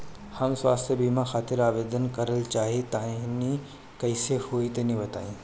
हम स्वास्थ बीमा खातिर आवेदन करल चाह तानि कइसे होई तनि बताईं?